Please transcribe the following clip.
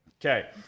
Okay